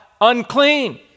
unclean